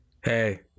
Hey